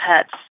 pets